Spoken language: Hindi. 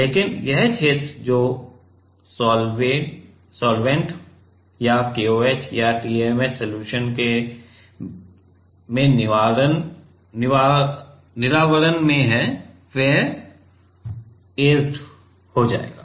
लेकिन यह क्षेत्र जो साल्वेंट या KOH या TMAH सलूशन के निरावरण में है वह ऐचेड हो जाएगा